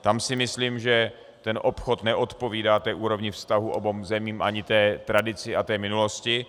Tam si myslím, že obchod neodpovídá úrovni vztahů obou zemí ani té tradici, minulosti.